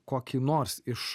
kokį nors iš